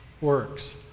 works